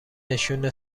نشون